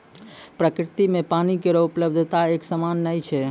प्रकृति म पानी केरो उपलब्धता एकसमान नै छै